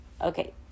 okay